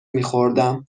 میخوردم